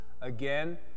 again